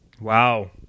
Wow